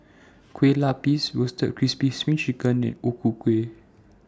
Kueh Lupis Roasted Crispy SPRING Chicken and O Ku Kueh